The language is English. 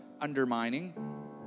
undermining